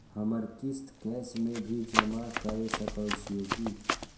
हमर किस्त कैश में भी जमा कैर सकै छीयै की?